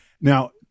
now